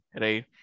right